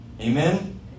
Amen